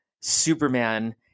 Superman